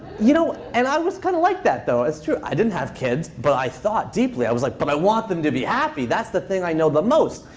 you know and i was kind of like that, though. it's true. i didn't have kids. but i thought deeply. i was like, but i want them to be happy. that's the thing i know the most.